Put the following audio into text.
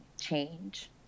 change